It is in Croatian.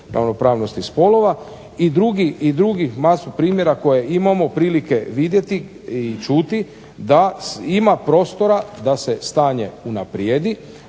ravnopravnosti spolova i drugih masu primjera koje imamo prilike vidjeti i čuti da ima prostora da se stanje unaprijedi,